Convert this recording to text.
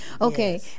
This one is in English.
Okay